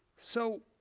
so,